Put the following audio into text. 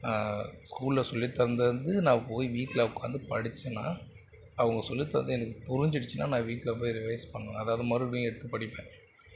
ஸ்கூலில் சொல்லித்தந்தது நான் போய் வீட்டில் உட்காந்து படித்தேன்னா அவங்க சொல்லித்தந்தது புரிஞ்சிடுச்சினால் நான் வீட்டில் போய் ரிவைஸ் பண்ணுவேன் அதாவது மறுபடியும் எடுத்து படிப்பேன்